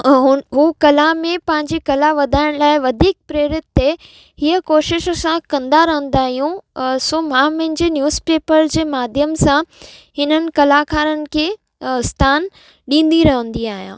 हुन उहा कला में पंहिंजे कला वधाइण लाइ वधीक प्रेरित थिए हीअ कोशिश असां कंदा रहंदा आहियूं असो मां मुंहिंजे न्यूसपेपर जे माध्यम सां हिननि कलाकारनि खे स्थान ॾींदी रहंदी आहियां